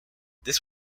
this